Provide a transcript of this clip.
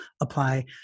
apply